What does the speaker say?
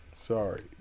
Sorry